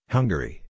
Hungary